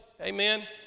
Amen